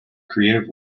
creative